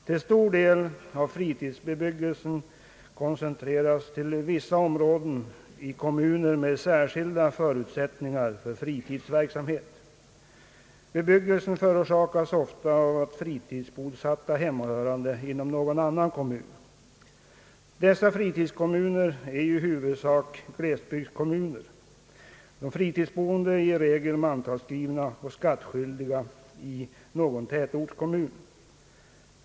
Till stor del har fritidsbebyggelsen koncentrerats till vissa områden, till kommuner med särskilda förutsättningar för fritidsverksamhet, Ägarna till fritidsbebyggelsen är ofta bosatta och hemmahörande i annan kommun. Fritidskommunerna är i huvudsak glesbygdskommuner, De fritidsboende är i regel mantalsskrivna och skattskyldiga i någon tätortskommun.